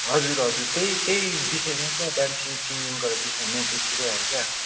हजुर हजुर त्यही त्यही विषयमा त डान्सिङ सिङ्गिङको विषयमै त्यतिकै अरे क्या